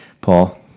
Paul